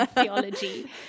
theology